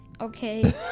Okay